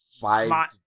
five